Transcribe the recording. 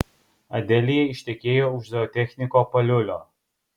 adelija ištekėjo už zootechniko paliulio